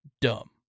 dumb